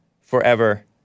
forever